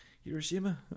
Hiroshima